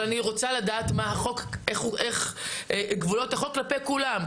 אבל אני רוצה לדעת מה גבולות החוק כלפי כולם,